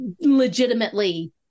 legitimately